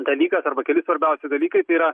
dalykas arba keli svarbiausi dalykai tai yra